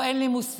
או אין לי מושג.